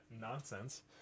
nonsense